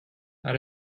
out